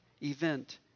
event